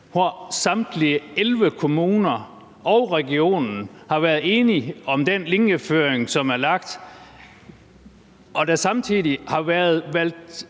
i samtlige 11 kommuner og regionen har været enige om den linjeføring, som er lagt; når der samtidig har været valg